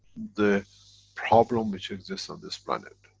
the problem which exist on this planet.